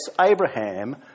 Abraham